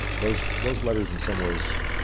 those those letters, in some ways,